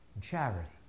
charity